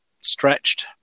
stretched